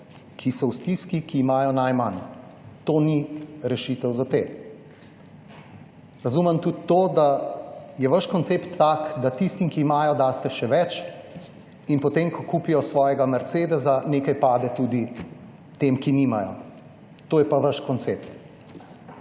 ki so v stiski, ki imajo najmanj. To ni rešitev za te. Razumem tudi to, da je vaš koncept tak, da tistim, ki imajo, daste še več. In potem ko kupijo svojega mercedesa, nekaj pade tudi tem, ki nimajo. To je pa vaš koncept.